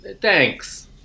Thanks